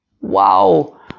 Wow